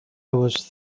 was